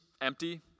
empty